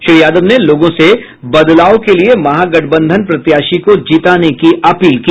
श्री यादव ने लोगों से बदलाव के लिए महागठबंधन प्रत्याशी को जिताने की अपील की